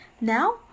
Now